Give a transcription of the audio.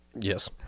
Yes